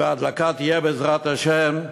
והדלקה תהיה, בעזרת השם.